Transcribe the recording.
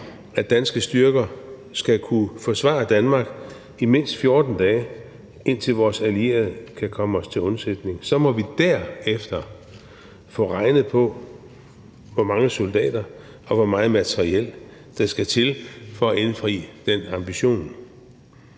at danske styrker skal kunne forsvare Danmark i mindst 14 dage, indtil vores allierede kan komme os til undsætning. Så må vi derefter få regnet på, hvor mange soldater og hvor meget materiel der skal til for at indfri den ambition.